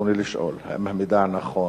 רצוני לשאול: 1. האם המידע נכון?